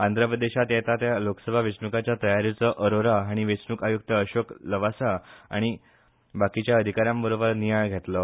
आंध्रप्रदेशात येता त्या लोकसभा वेचणूकाच्या तयारीचो अरोरा हांणी वेचणूक आयुक्त अशोक लवासा आनी बाकिच्या अधिका यांबरोबर नियाळ घेतलो